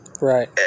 right